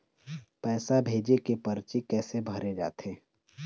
पैसा भेजे के परची कैसे भरे जाथे?